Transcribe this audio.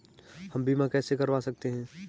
हम बीमा कैसे करवा सकते हैं?